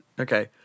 Okay